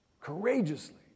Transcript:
courageously